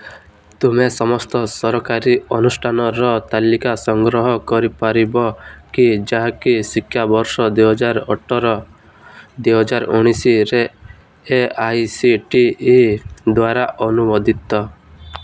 ତୁମେ ସମସ୍ତ ସରକାରୀ ଅନୁଷ୍ଠାନର ତାଲିକା ସଂଗ୍ରହ କରିପାରିବ କି ଯାହାକି ଶିକ୍ଷାବର୍ଷ ଦୁଇହଜାର ଅଠର ଦୁଇହଜାର ଉଣେଇଶରେ A I C T E ଦ୍ୱାରା ଅନୁମୋଦିତ